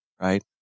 right